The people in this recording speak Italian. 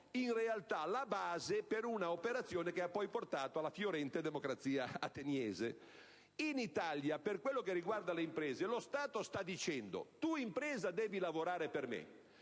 in realtà la base per un'operazione che ha poi portato alla fiorente democrazia ateniese. In Italia, per quello che riguarda le imprese, lo Stato sta dicendo: tu impresa devi lavorare per me,